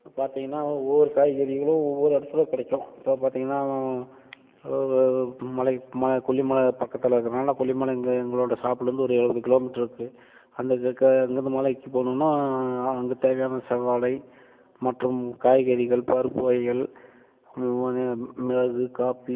இப்போ பார்த்திங்கன்னா ஒவ்வொரு காய்கறிகளும் ஒவ்வொரு இடத்துல கிடைக்கும் இப்போ பார்த்திங்கன்னா மலை மலை கொல்லிமலை பக்கத்தில் இருக்குறனால் கொல்லிமலை இங்கே எங்களோடய ஸ்டாப்லேருந்து ஒரு எழுபது கிலோமீட்ரு இருக்குது அந்த அங்கேருந்து மலைக்கு போகணுன்னா அங்கே தேவையான செவ்வாழை மற்றும் காய்கறிகள் பருப்பு வகைகள் இது மிளகு காப்பி